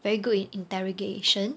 very good in interrogation